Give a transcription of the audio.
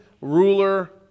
ruler